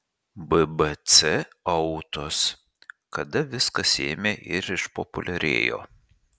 bbc autos kada viskas ėmė ir išpopuliarėjo